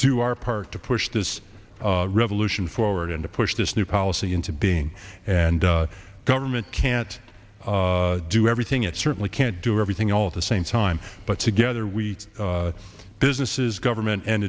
do our part to push this revolution forward and to push this new policy into being and government can't do everything it certainly can't do everything all at the same time but together we businesses government and